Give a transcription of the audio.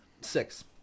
six